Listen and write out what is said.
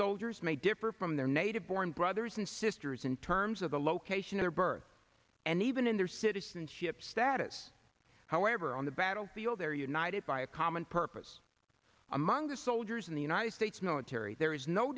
soldiers may differ from their native born brothers and sisters in terms of the location of the birth and even in their citizenship status however on the battlefield they are united by a common purpose among the soldiers in the united states military there is no